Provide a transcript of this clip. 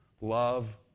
Love